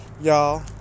y'all